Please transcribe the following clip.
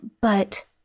But-